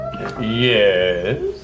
Yes